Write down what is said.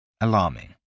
Alarming